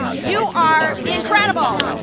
you are incredible.